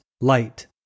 light